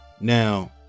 Now